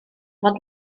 bod